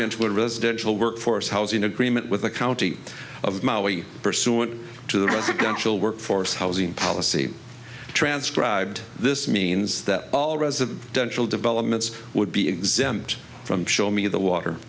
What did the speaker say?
a residential workforce housing agreement with the county of maui pursuant to the residential workforce housing policy transcribed this means that all residential developments would be exempt from show me the water